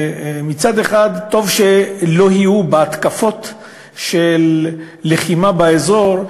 מצד אחד טוב שלא יהיו בה התקפות של לחימה באזור,